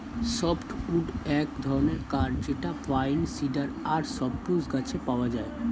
soft wood এক ধরনের কাঠ যেটা পাইন, সিডার আর সপ্রুস গাছে পাওয়া যায়